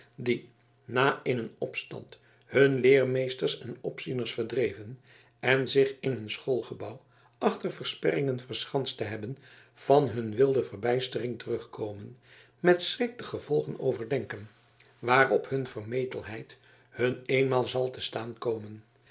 die na in een opstand hun leermeesters en opzieners verdreven en zich in hun schoolgebouw achter versperringen verschanst te hebben van hun wilde verbijstering teruggekomen met schrik de gevolgen overdenken waarop hun vermetelheid hun eenmaal zal te staan komen